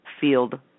field